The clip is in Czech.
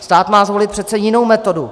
Stát má zvolit přece jinou metodu.